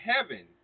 heaven